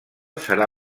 serà